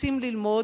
רוצים ללמוד,